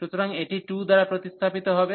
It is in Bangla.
সুতরাং এটি 2 দ্বারা প্রতিস্থাপিত হবে